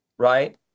Right